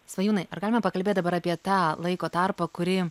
svajūnai ar galima pakalbėti dabar apie tą laiko tarpą kurį